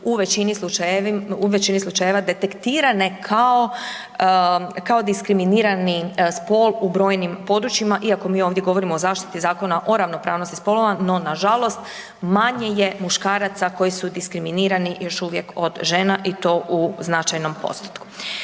u većini slučajeva detektirane kao diskriminirani spol u brojnim područjima, iako mi ovdje govorimo o zaštiti Zakona o ravnopravnosti spolova. No, nažalost manje je muškaraca koji su diskriminirani još uvijek od žena i to u značajnom postotku.